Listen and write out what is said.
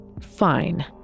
Fine